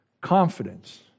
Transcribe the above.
confidence